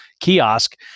kiosk